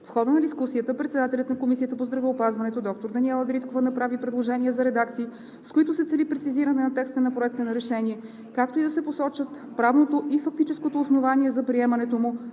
В хода на дискусията председателят на Комисията по здравеопазването доктор Даниела Дариткова направи предложения за редакции, с които се цели прецизиране на текста на Проекта на решение, както и да се посочат правното и фактическото основание за приемането му,